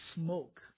smoke